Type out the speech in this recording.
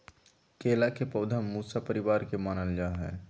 केला के पौधा मूसा परिवार के मानल जा हई